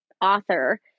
author